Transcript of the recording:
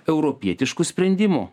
europietiškų sprendimų